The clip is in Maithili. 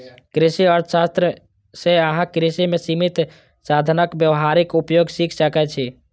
कृषि अर्थशास्त्र सं अहां कृषि मे सीमित साधनक व्यावहारिक उपयोग सीख सकै छी